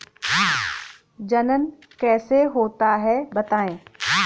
जनन कैसे होता है बताएँ?